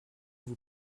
vous